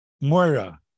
Moira